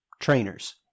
trainers